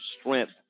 strength